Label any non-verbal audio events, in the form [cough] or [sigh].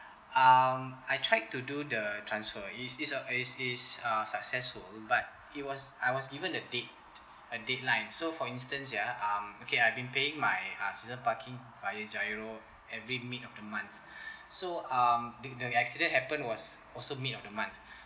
um I tried to do the transfer is is uh is is uh successful but it was I was given a date a deadline so for instance ya um okay I've been paying my uh season parking via GIRO every mid of the month [breath] so um the the accident happen was also mid of the month